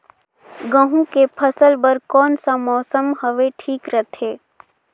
गहूं के फसल बर कौन सा मौसम हवे ठीक रथे?